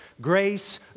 grace